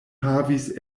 havis